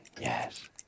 yes